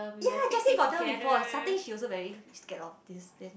ya Jessie got tell before starting she also very scared of this then